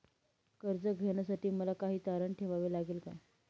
कर्ज घेण्यासाठी मला काही तारण ठेवावे लागेल का?